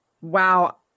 Wow